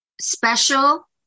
special